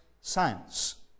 science